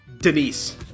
Denise